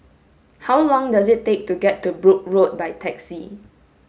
how long does it take to get to Brooke Road by taxi